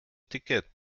ticket